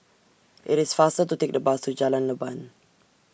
IT IS faster to Take The Bus to Jalan Leban